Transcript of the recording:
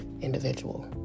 individual